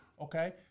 Okay